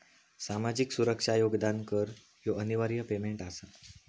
सामाजिक सुरक्षा योगदान कर ह्यो अनिवार्य पेमेंट आसा